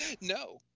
No